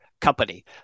company